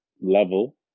level